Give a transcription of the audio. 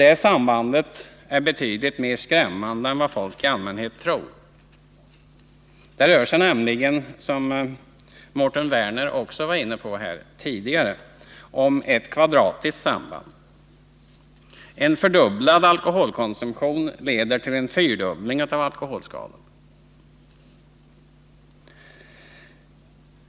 Det sambandet är betydligt mera skrämmande än vad folk i allmänhet tror. Det rör sig nämligen, vilket Mårten Werner tidigare var inne på, om ett kvadratiskt samband. En fördubblad alkoholkonsumtion leder till en fyrdubbling av alkoholskadorna.